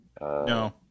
No